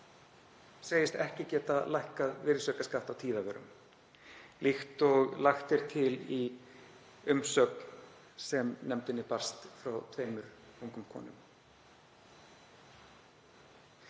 segist ekki geta lækkað virðisaukaskatt á tíðavörum líkt og lagt er til í umsögn sem nefndinni barst frá tveimur ungum konum.